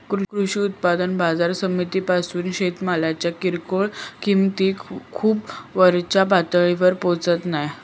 कृषी उत्पन्न बाजार समितीपासून शेतमालाच्या किरकोळ किंमती खूप वरच्या पातळीवर पोचत नाय